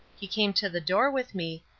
he came to the door with me,